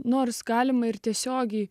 nors galima ir tiesiogiai